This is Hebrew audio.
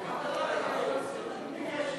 מה קרה לכם?